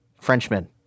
Frenchman